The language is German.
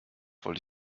wollte